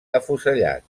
afusellat